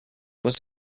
was